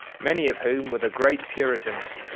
many of whom were the great puritans.